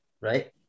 Right